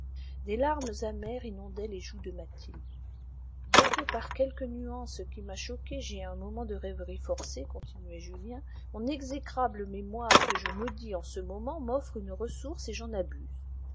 des larmes amères inondaient les joues de mathilde dès que par quelque nuance qui m'a choqué j'ai un moment de rêverie forcée continuait julien mon exécrable mémoire que je maudis en ce moment m'offre une ressource et j'en abuse